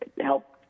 help